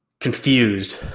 confused